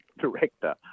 director